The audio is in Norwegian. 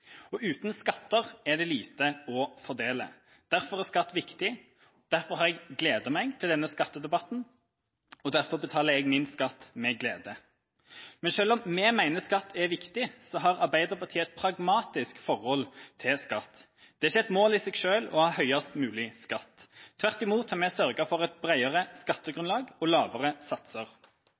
bedre. Uten skatter er det lite å fordele. Derfor er skatt viktig, derfor har jeg gledet meg til denne skattedebatten, og derfor betaler jeg min skatt med glede. Men selv om vi mener at skatt er viktig, har Arbeiderpartiet et pragmatisk forhold til skatt. Det er ikke et mål i seg selv å ha høyest mulig skatt. Tvert imot har vi sørget for et bredere skattegrunnlag og lavere satser.